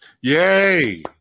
Yay